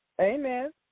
Amen